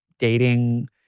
dating